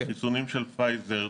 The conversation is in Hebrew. החיסונים של פייזר,